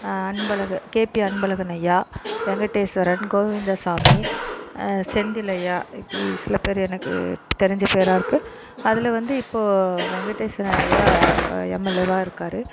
அன்பழகு K P Anbazhagan ஐயா Venkateshwaran Govindasamy Senthil ஐயா இப்படி சில பேர் எனக்கு தெரிஞ்ச பேயரா இருக்குது அதில் வந்து இப்போது வெங்கடேசன் ஐயா எம்எல்ஏ வா இருக்காரு